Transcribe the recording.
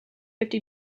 fifty